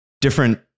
different